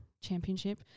championship